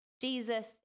Jesus